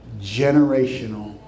generational